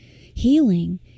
healing